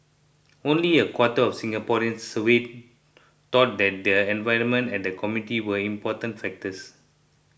only a quarter of Singaporeans surveyed thought that the environment and the community were important factors